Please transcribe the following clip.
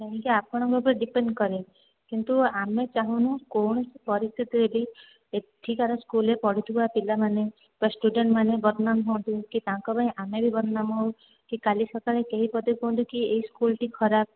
ତେଣିକି ଆପଣଙ୍କ ଉପରେ ଡିପେଣ୍ଡ୍ କରେ କିନ୍ତୁ ଆମେ ଚାହୁଁନୁ କୋଣସି ପରିସ୍ଥିତିରେ ବି ଏଠିକାର ସ୍କୁଲରେ ପଢ଼ୁଥିବା ପିଲାମାନେ ବା ଷ୍ଟୁଡେଣ୍ଟମାନେ ବଦନାମ ହୁଅନ୍ତୁ ତାଙ୍କ ପାଇଁ ଆମେ ବି ବଦନାମ ହଉ କି କାଲି ସକାଳେ କେହି ପଦେ ନ କୁହନ୍ତୁ କି ଏ ସ୍କୁଲଟି ଖରାପ